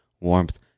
warmth